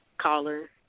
Caller